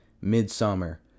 Midsummer